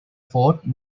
fort